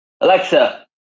Alexa